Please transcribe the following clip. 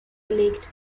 gelegt